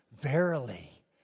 verily